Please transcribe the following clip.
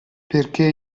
perché